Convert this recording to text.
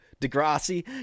degrassi